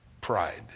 Pride